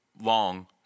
long